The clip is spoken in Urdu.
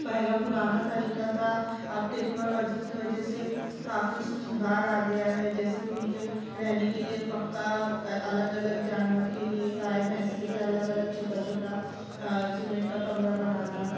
پہلے پرانا طریقہ تھا اب ٹیکنالوجی کی وجہ سے کافی اس میں سدھار آ گیا ہے جیسے کہ ان کے رہنے کے لیے پکا الگ الگ جانور کے لیے گائے بھینس کے لیے الگ الگ چھوٹا چھوٹا سیمنٹ کا کمرہ بنانا